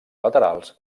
laterals